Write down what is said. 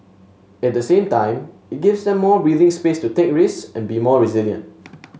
at the same time it gives them some breathing space to take risks and be more resilient